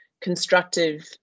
constructive